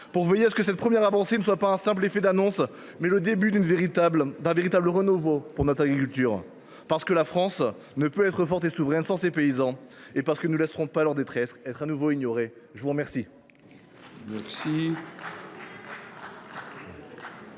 pour veiller à ce que cette première avancée soit non pas un simple effet d’annonce, mais le début d’un véritable renouveau pour notre agriculture. La France ne peut pas être forte et souveraine sans ses paysans. Nous ne laisserons pas leur détresse être de nouveau ignorée ! Mes chers